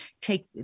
take